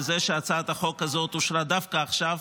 לזה שהצעת החוק הזאת אושרה דווקא עכשיו,